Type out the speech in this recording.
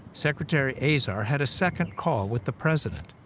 secretary azar had a second call with the president.